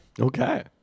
Okay